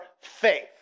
faith